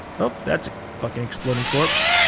oh that's a fucking exploding corpse.